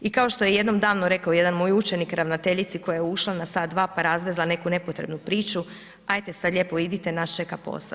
I kao što je jednom davno rekao jedan moj učenik ravnateljici koja je ušla na sat dva, pa razvezla neku nepotrebnu priču, ajte sad lijepo idite nas čeka posao.